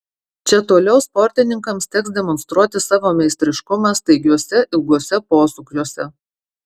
čia toliau sportininkams teks demonstruoti savo meistriškumą staigiuose ilguose posūkiuose